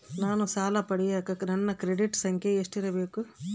ನಾನು ಸಾಲ ಪಡಿಯಕ ನನ್ನ ಕ್ರೆಡಿಟ್ ಸಂಖ್ಯೆ ಎಷ್ಟಿರಬೇಕು?